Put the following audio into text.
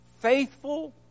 faithful